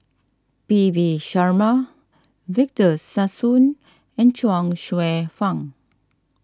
P V Sharma Victor Sassoon and Chuang Hsueh Fang